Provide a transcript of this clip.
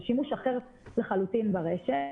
זה שימוש אחר לחלוטין ברשת.